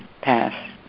Pass